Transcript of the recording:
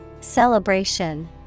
celebration